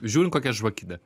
žiūrint kokia žvakidė